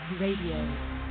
Radio